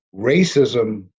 racism